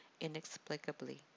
inexplicably